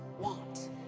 want